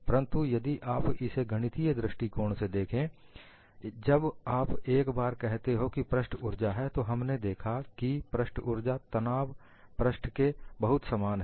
परंतु यदि आप इसे गणितीय दृष्टिकोण से देखें जब आप एक बार कहते हो कि पृष्ठ ऊर्जा है तो हमने देखा कि पृष्ठ ऊर्जा पृष्ठ तनाव के बहुत समान है